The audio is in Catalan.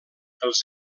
els